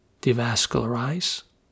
devascularize